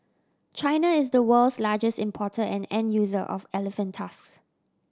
China is the world's largest importer and end user of elephant tusks